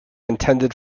intended